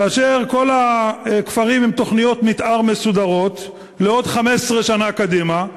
כאשר כל הכפרים עם תוכניות מתאר מסודרות לעוד 15 שנה קדימה.